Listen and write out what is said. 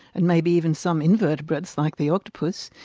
and maybe even some invertebrates like the octopus.